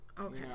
Okay